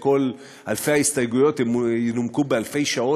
שכל אלפי ההסתייגויות ינומקו באלפי שעות